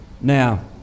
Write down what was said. Now